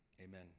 amen